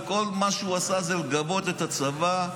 וכל מה שהוא עשה זה לגבות את הצבא,